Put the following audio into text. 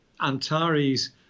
Antares